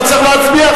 אתה צריך להצביע,